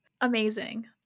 amazing